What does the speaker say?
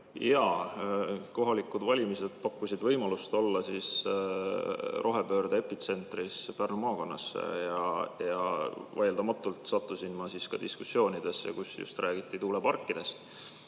Jaa, kohalikud valimised pakkusid võimalust olla rohepöörde epitsentris Pärnu maakonnas ja vaieldamatult sattusin ma ka diskussioonidesse, kus räägiti just tuuleparkidest.